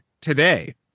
today